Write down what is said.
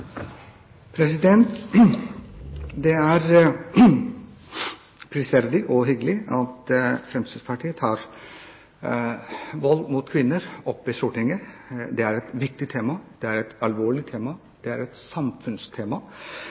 prisverdig og hyggelig at Fremskrittspartiet tar vold mot kvinner opp i Stortinget. Det er et viktig tema, det er et alvorlig tema, det er et samfunnstema.